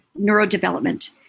neurodevelopment